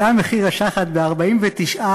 עלה מחיר השחת ב-49%,